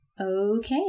Okay